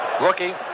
Rookie